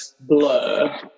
Blur